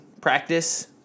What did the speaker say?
practice